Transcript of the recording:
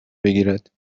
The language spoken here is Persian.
بگیرد